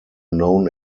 known